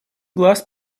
глаз